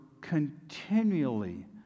continually